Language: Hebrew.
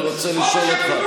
אני רוצה לשאול אותך,